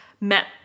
met